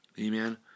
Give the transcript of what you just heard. amen